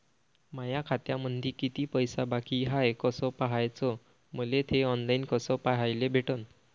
माया खात्यामंधी किती पैसा बाकी हाय कस पाह्याच, मले थे ऑनलाईन कस पाह्याले भेटन?